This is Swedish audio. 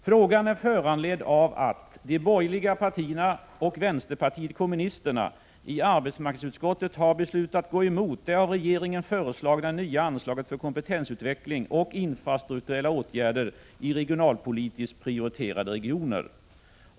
Frågan är föranledd av att de borgerliga partierna och vänsterpartiet kommunisterna i arbetsmarknadsutskottet har beslutat gå emot det av regeringen föreslagna nya anslaget för kompetensutveckling och infrastrukturella åtgärder i regionalpolitiskt prioriterade regioner.